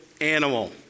animal